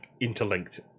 interlinked